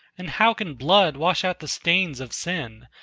and how can blood wash out the stains of sin,